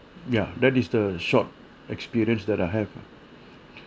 ya that is the short experience that I have